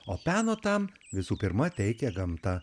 o peno tam visų pirma teikia gamta